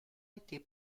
été